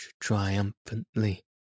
triumphantly